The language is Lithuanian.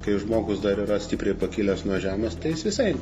kai žmogus dar yra stipriai pakilęs nuo žemės tai jis visai